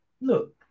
look